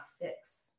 fix